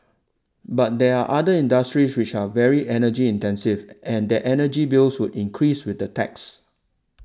but there are other industries which are very energy intensive and their energy bills would increase with the tax